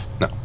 No